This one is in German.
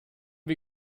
wir